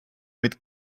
mit